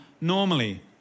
normally